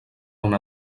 una